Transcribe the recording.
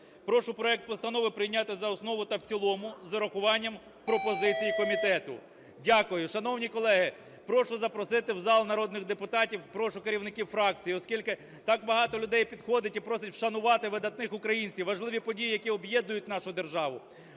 Прошу проект постанови прийняти за основу та в цілому з урахуванням пропозицій комітету. Дякую. Шановні колеги, прошу запросити в зал народних депутатів, прошу керівників фракцій, оскільки так багато людей підходить і просить вшанувати видатних українців – важливі події, які об'єднують нашу державу.